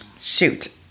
Shoot